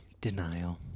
Denial